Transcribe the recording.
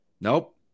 nope